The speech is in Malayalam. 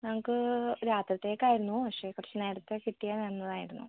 ഞങ്ങൾക്ക് രാത്രിത്തേക്കായിരുന്നു പക്ഷേ കുറച്ച് നേരത്തെ കിട്ടിയാൽ നല്ലതായിരുന്നു